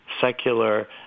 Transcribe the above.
secular